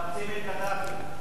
מחפשים את קדאפי.